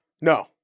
No